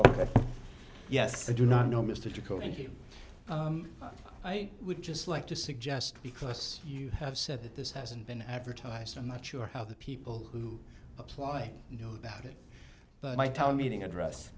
go yes i do not know mr cohen here i would just like to suggest because you have said that this hasn't been advertised i'm not sure how the people who apply you know about it but my town meeting address